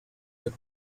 that